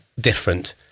different